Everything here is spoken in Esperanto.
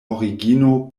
origino